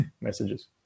messages